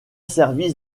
service